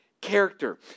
character